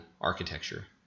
architecture